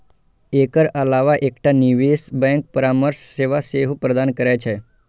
एकर अलावा एकटा निवेश बैंक परामर्श सेवा सेहो प्रदान करै छै